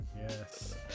Yes